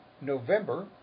November